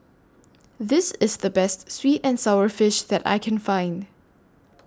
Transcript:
This IS The Best Sweet and Sour Fish that I Can Find